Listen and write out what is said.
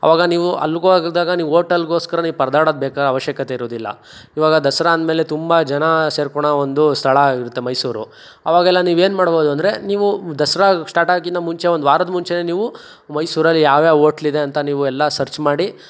ಅವಾಗ ನೀವು ಅಲ್ಗೋಗಿದ್ದಾಗ ನೀವು ಓಟೆಲ್ಗೋಸ್ಕರ ನೀವು ಪರ್ದಾಡೋದು ಬೇಕಾ ಅವಶ್ಯಕತೆ ಇರೋದಿಲ್ಲ ಇವಾಗ ದಸರಾ ಅಂದಮೇಲೆ ತುಂಬ ಜನ ಸೇರ್ಕೊಳ್ಳೋ ಒಂದು ಸ್ಥಳ ಆಗಿರುತ್ತೆ ಮೈಸೂರು ಅವಾಗೆಲ್ಲ ನೀವೇನು ಮಾಡ್ಬೋದು ಅಂದರೆ ನೀವು ದಸರಾ ಶ್ಟಾಟಾಗೋಕ್ಕಿಂತ ಮುಂಚೆ ಒಂದ್ವಾರದ ಮುಂಚೆಯೇ ನೀವು ಮೈಸೂರಲ್ಲಿ ಯಾವ್ಯಾವ ಓಟ್ಲಿದೆ ಅಂತ ನೀವು ಎಲ್ಲ ಸರ್ಚ್ ಮಾಡಿ